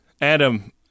Adam